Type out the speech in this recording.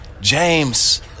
James